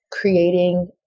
creating